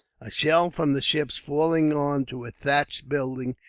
a shell from the ships, falling on to a thatched building,